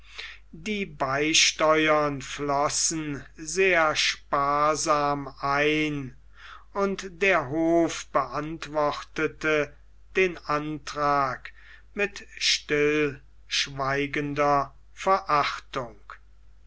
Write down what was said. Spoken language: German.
die beisteuern flossen sehr sparsam ein und der hof beantwortete den antrag mit stillschweigender verachtung